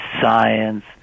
science